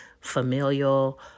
familial